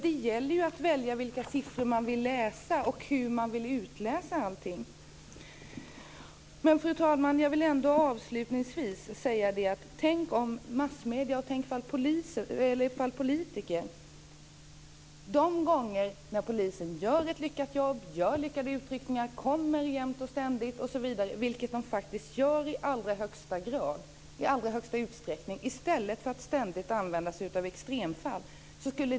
Det gäller att välja vilka siffror man vill läsa och hur man vill tolka dem. Fru talman! Jag vill avslutningsvis säga detta: Tänk om massmedier och politiker uppmärksammade de gånger då polisen gör ett lyckat jobb, gör lyckade utryckningar, kommer i tid osv. - vilket den faktiskt gör i de allra flesta fallen - i stället för att ständigt använda sig av extremfall!